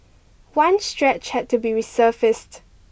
one stretch had to be resurfaced